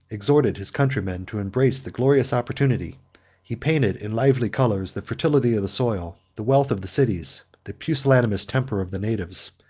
exhorted his countrymen to embrace the glorious opportunity he painted in lively colors the fertility of the soil, the wealth of the cities, the pusillanimous temper of the natives,